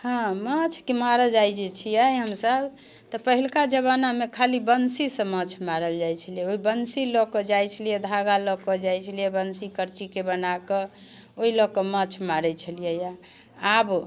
हाँ माछके मारऽ जे जाइ छिए हमसब तऽ पहिलुका जमानामे खाली बन्सीसँ माछ मारल जाइ छलै ओहि बन्सी लऽ कऽ जाइ छलिए धागा लऽ कऽ जाइ छलिए बन्सी करचीके बनाकऽ ओहि लऽ कऽ माछ मारै छलिए आब